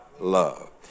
love